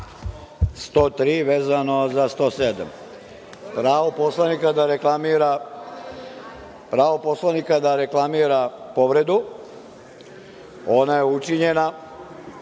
103. vezano za 107. Pravo poslanika da reklamira povredu. Ona je učinjena